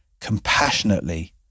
compassionately